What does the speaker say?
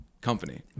company